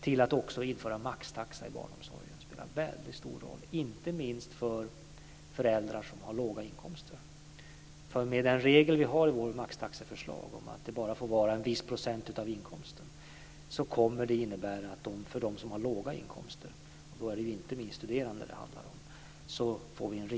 Det handlar också om att införa maxtaxa i barnomsorgen. Det spelar en väldigt stor roll, inte minst för föräldrar som har låga inkomster. Med den regel vi har i vårt maxtaxeförslag om att den bara får vara en viss procent av inkomsten kommer det att innebära en rejäl sänkning av barnomsorgsavgiften för dem som har låga inkomster, och då är det inte minst studerande det handlar om.